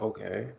Okay